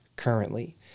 currently